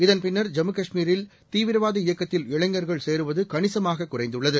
இதன் பின்னர் ஜம்மு காஷ்மீரில் தீவிரவாத இயக்கத்தில் இளைஞர்கள் சேருவது கணிசமாக குறைந்துள்ளது